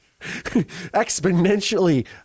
exponentially